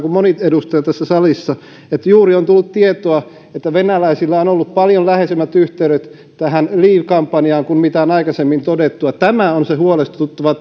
kuin moni edustaja tässä salissa että juuri on tullut tietoa että venäläisillä on ollut paljon läheisemmät yhteydet leave kampanjaan kuin mitä on aikaisemmin todettu tämä on se huolestuttava